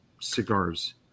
cigars